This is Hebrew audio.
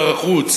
שר החוץ,